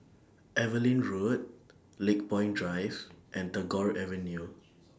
Evelyn Road Lakepoint Drive and Tagore Avenue